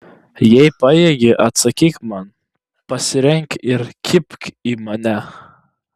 jei pajėgi atsakyk man pasirenk ir kibk į mane